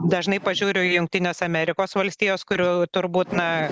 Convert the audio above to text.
dažnai pažiūriu į jungtines amerikos valstijas kurių turbūt na